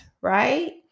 right